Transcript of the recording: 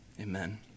amen